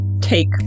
take